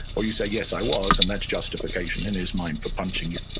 or you say, yes, i was, and that's justification in his mind for punching you